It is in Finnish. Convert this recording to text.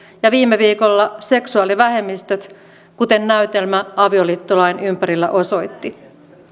ja viime viikolla seksuaalivähemmistöt kuten näytelmä avioliittolain ympärillä osoitti